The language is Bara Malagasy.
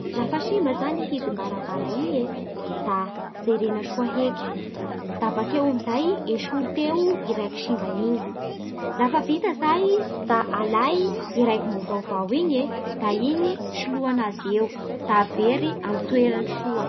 Lafa simba zany fihidim-baravara ie, da jerena soa heky, da beko esory teo e raiky simba igny? Lafa vita zay da alay eraiky mbo vaovao igny e, da igny soloa agnazy eo, da avery amin'ny toerany soa.